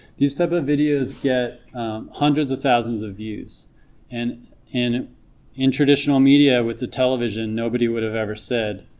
these type of videos get hundreds of thousands of views and in in traditional media with the television nobody would have ever said,